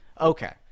okay